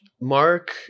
Mark